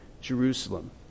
Jerusalem